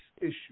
issue